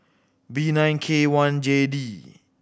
B nine K one J D